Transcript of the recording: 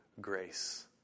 grace